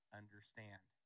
understand